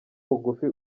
bugufi